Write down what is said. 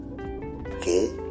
Okay